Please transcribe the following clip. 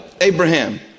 Abraham